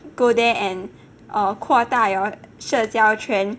go there and err 扩大 your 社交圈